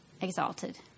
exalted